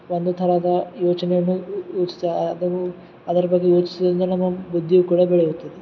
ಒಂದು ಥರದ ಯೋಚನೆಯನ್ನು ಹುಟ್ಟಿಸ್ತೆ ಅದನ್ನು ಅದರ ಬಗ್ಗೆ ಯೋಚಿಸೋದಿಂದ ನಮಗೆ ಬುದ್ದಿಯು ಕೂಡ ಬೆಳೆಯುತ್ತದೆ